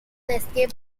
escaped